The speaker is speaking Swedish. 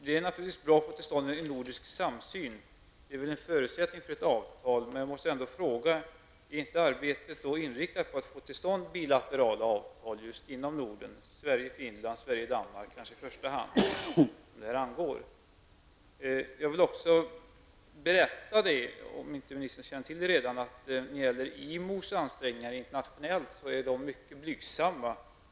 Det är naturligtvis bra om man får till stånd en nordisk samsyn. Det är väl en förutsättning för ett avtal. Men jag måste ändå fråga miljöministern: Är arbetet inte inriktat på att få till stånd bilaterala avtal just inom Norden, kanske i första hand mellan Danmark som det här angår? Jag vill också gärna berätta för ministern, om hon inte redan känner till det, att IMOs ansträningar internationellt är mycket blygsamma.